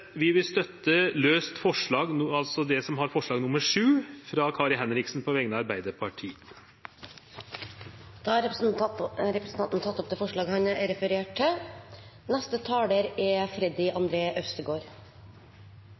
vi vil støtte forslag nr. 7, frå Kari Henriksen på vegner av Arbeidarpartiet. Representanten Olav Urbø har tatt opp det forslaget han refererte til. Vi i SV mener at velferden er